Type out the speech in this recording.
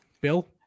Bill